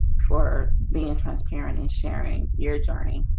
for being transparent and sharing your journey